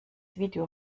video